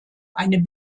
eine